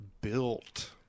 built